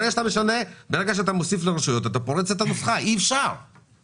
הרשויות מעכבות להם יותר זמן מאשר מה שאתה היית מעכב